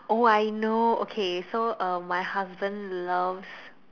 oh I know okay so uh my husband loves